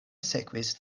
sekvis